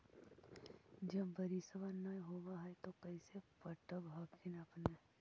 जब बारिसबा नय होब है तो कैसे पटब हखिन अपने?